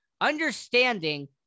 understanding